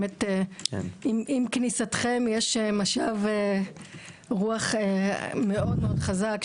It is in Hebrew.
באמת עם כניסתכם יש משב רוח מאוד חזק.